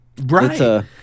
Right